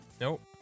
nope